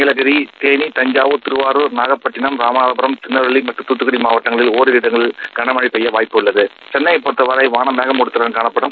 நீலகிரி தேளி தஞ்சாவூர் திருவாரூர் நாகப்பட்டினம் ராமநாதபுரம் திருநெல்வேலி மற்றும் தாத்துக்குடி மாவட்டங்களில் இடங்களில் களமழை பெய்ய வாய்ப்புள்ளது சென்ளையை பொறுத்தவரை வாளம் மேகமுட்டத்தடன் காணப்படும்